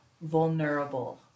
vulnerable